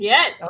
Yes